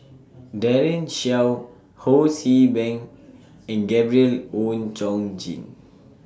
Daren Shiau Ho See Beng and Gabriel Oon Chong Jin